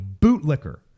bootlicker